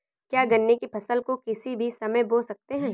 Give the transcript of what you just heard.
क्या गन्ने की फसल को किसी भी समय बो सकते हैं?